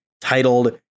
titled